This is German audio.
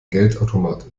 geldautomat